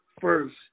first